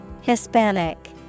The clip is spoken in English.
Hispanic